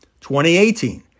2018